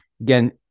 again